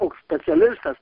koks specialistas